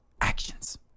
actions